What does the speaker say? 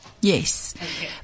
Yes